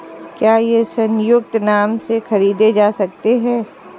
क्या ये संयुक्त नाम से खरीदे जा सकते हैं?